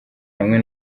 hamwe